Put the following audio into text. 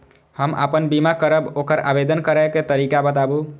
हम आपन बीमा करब ओकर आवेदन करै के तरीका बताबु?